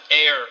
air